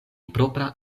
propra